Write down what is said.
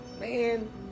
man